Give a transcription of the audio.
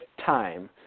time